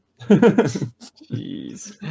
jeez